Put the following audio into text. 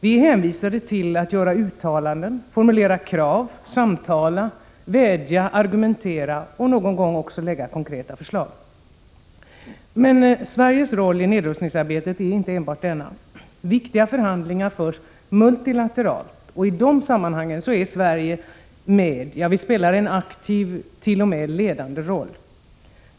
Vi är hänvisade till att göra uttalanden, formulera krav, samtala, vädja, argumentera och någon gång framlägga konkreta förslag. Sveriges roll i nedrustningsarbetet är emellertid inte enbart denna. Viktiga förhandlingar förs multilateralt. I dessa sammanhang, där Sverige är med, spelar vi en aktiv, ja ofta t.o.m. ledande roll.